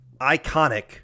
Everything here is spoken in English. iconic